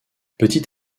petit